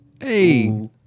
Hey